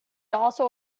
also